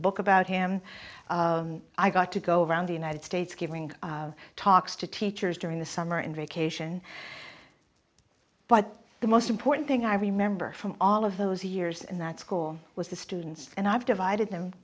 book about him i got to go around the united states giving talks to teachers during the summer and vacation but the most important thing i remember from all of those years in that school was the students and i've divided them